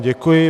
Děkuji.